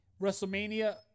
WrestleMania